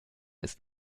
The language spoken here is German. ist